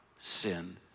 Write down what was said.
sin